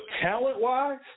talent-wise